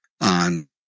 on